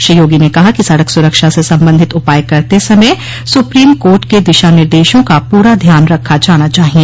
श्री योगी ने कहा की सड़क सुरक्षा से सम्बन्धित उपाय करते समय सुप्रीम कोर्ट के दिशा निर्देशों का पूरा ध्यान रखा जाना चाहिए